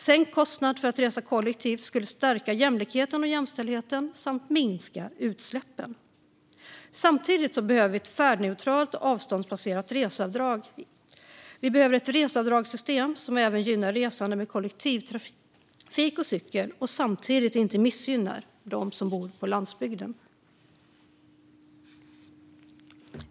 Sänkt kostnad för att resa kollektivt skulle stärka jämlikheten och jämställdheten samt minska utsläppen. Samtidigt behöver ett färdneutralt och avståndsbaserat reseavdrag införas. Vi behöver ett reseavdragssystem som även gynnar resande med kollektivtrafik och cykel och samtidigt inte missgynnar dem som bor på landsbygden.